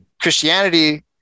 Christianity